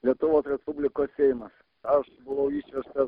lietuvos respublikos seimas aš buvau išveštas